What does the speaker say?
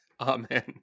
Amen